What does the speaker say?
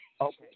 Okay